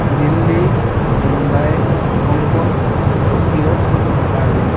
Delhi Mumbai Hong Kong Tokyo Berlin